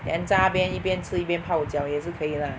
then 在那边一边吃一边泡脚也是可以 lah